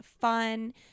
fun